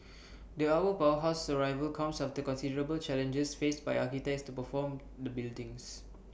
the our powerhouse's arrival comes after considerable challenges faced by architects to perform the buildings